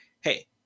hey